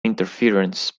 interference